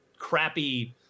crappy